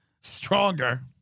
stronger